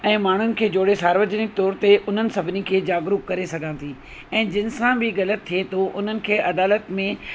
ऐं माण्हुनि खे जोड़े सार्वजनिक तौरु ते उन्हनि सभिनी खे जागरुक करे सघां थी ऐं जिनि सां ॿि ग़लति थिए थो उन्हनि खे अदालत में